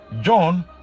John